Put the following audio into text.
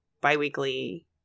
bi-weekly